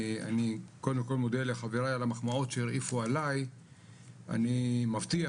אני קודם כל מודה לחבריי על המחמאות שהרעיפו עליי אני מבטיח